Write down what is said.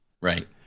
Right